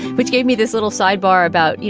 which gave me this little sidebar about, you